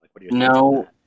No